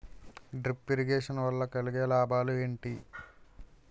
Drip irrigation వల్ల కలిగే లాభాలు ఏంటి?